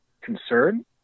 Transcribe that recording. concern